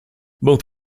both